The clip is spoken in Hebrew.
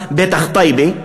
הטובה, בטח טייבה.